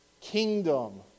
kingdom